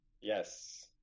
yes